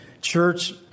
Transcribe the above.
church